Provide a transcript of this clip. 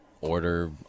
order